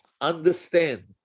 understand